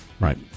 Right